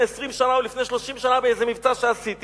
20 שנה או 30 שנה באיזה מבצע שעשיתי,